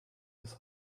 bis